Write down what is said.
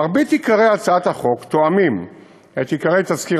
מרבית עיקרי הצעת החוק תואמים את עיקרי תזכיר